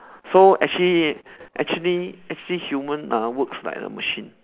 so actually actually actually human ah works like a machine